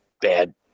bad